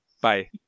Bye